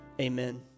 amen